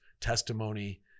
testimony